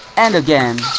and again.